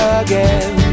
again